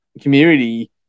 community